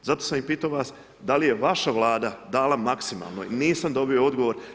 Zato sam i pitao vas, da li je vaša dala maksimalno, nisam dobio odgovor.